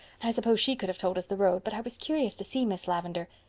i suppose she could have told us the road, but i was curious to see miss lavendar.